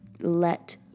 let